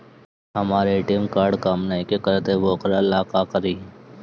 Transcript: हमर ATM card काम नईखे करत वोकरा ला का करी?